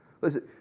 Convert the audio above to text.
Listen